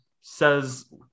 says